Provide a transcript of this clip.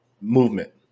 movement